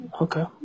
Okay